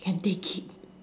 can take it